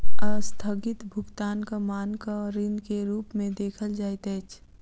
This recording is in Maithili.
अस्थगित भुगतानक मानक ऋण के रूप में देखल जाइत अछि